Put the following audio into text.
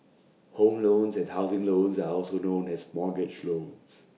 home loans and housing loans are also known as mortgage loans